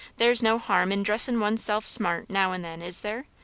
there's no harm in dressin' one's self smart now and then, is there?